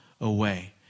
away